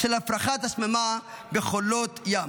של הפרחת השממה בחולות ים.